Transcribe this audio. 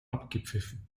abgepfiffen